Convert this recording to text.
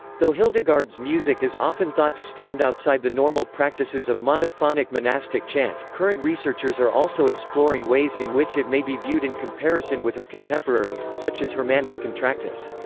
though hildegard's music is often thought to stand outside the normal practices of monophonic monastic chant, current researchers are also exploring ways in which it may be viewed in comparison with her contemporaries, such as hermannus contractus.